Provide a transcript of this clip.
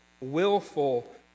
willful